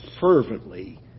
fervently